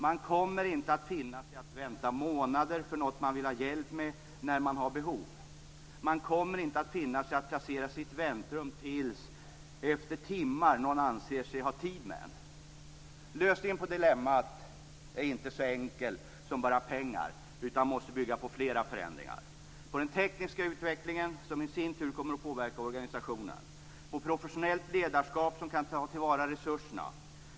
Man kommer inte att finna sig i att vänta månader på något man vill ha hjälp med när man har behov. Man kommer inte att finna sig i att placeras i ett väntrum tills, efter timmar, någon anser sig ha tid med en. Lösningen på dilemmat är inte så enkel som bara pengar. Den måste bygga på flera förändringar: - På den tekniska utvecklingen, som i sin tur kommer att påverka organisationen. - På professionellt ledarskap, som kan ta till vara resurserna.